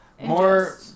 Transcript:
More